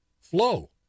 flow